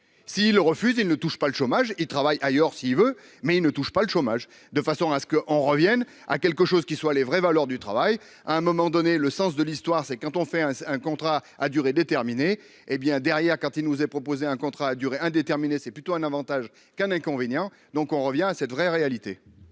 s'il refuse, il ne touche pas le chômage, il travaille ailleurs, s'il veut, mais il ne touche pas le chômage de façon à ce qu'on revienne à quelque chose qui soit : les vraies valeurs du travail à un moment donné le sens de l'histoire, c'est quand on fait un un contrat à durée déterminée, hé bien derrière quand il nous est proposé un contrat à durée indéterminée, c'est plutôt un Avantage qu'un inconvénient donc on revient à cette vraie réalité.